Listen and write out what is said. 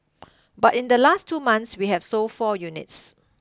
but in the last two months we have sold four units